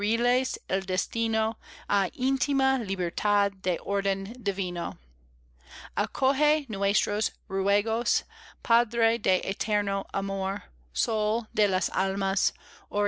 el destino á íntima libertad de orden divino acoje nuestros ruegos padre de eterno amor sol de las almas